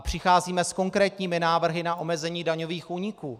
Přicházíme s konkrétními návrhy na omezení daňových úniků.